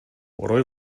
орой